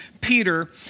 Peter